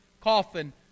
coffin